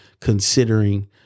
considering